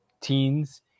teens